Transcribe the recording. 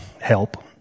help